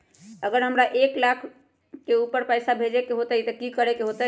अगर हमरा एक लाख से ऊपर पैसा भेजे के होतई त की करेके होतय?